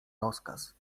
rozkaz